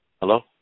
Hello